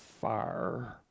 fire